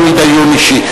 שהוא דיון אישי.